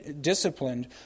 disciplined